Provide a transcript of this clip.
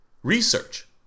Research